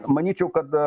manyčiau kad